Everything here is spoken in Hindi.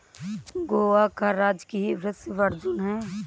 गोवा का राजकीय वृक्ष अर्जुन है